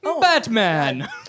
Batman